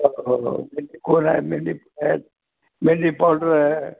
हो हो हो कोन आहे मेंदी आहेत मेंदी पावडर आहे